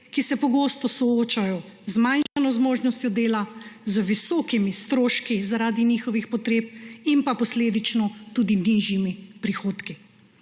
ki se pogosto soočajo z zmanjšano zmožnostjo dela, z visokimi stroški zaradi svojih potreb in posledično tudi z nižjimi prihodki.